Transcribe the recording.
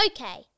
Okay